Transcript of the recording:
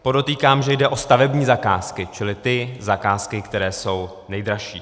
Podotýkám, že jde o stavební zakázky, čili ty zakázky, které jsou nejdražší.